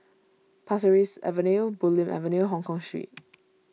Pasir Ris Avenue Bulim Avenue Hongkong Street